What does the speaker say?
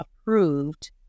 approved